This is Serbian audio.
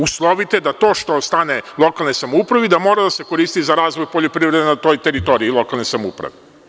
Uslovite da to što ostane lokalnoj samoupravi mora da se koristi za razvoj poljoprivrede na toj teritoriji lokalne samouprave.